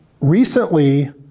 Recently